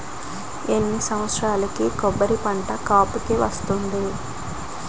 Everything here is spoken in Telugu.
ఎన్ని సంవత్సరాలకు కొబ్బరి పంట కాపుకి వస్తుంది?